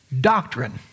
doctrine